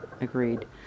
Agreed